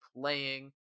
playing